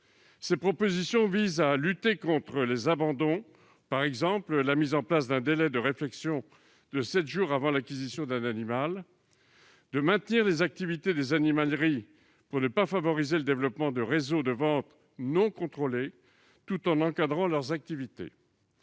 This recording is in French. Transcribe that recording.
ses propositions, à lutter contre les abandons avec, par exemple, la mise en place d'un délai de réflexion de sept jours avant l'acquisition d'un animal, à maintenir les activités des animaleries pour ne pas favoriser le développement de réseaux de vente non contrôlés tout en encadrant leurs activités,